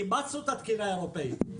אימצנו את התקינה האירופית,